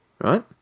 right